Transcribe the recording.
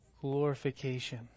glorification